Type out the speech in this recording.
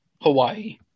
Hawaii